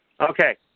Okay